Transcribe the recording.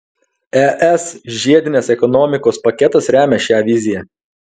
es žiedinės ekonomikos paketas remia šią viziją